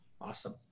Awesome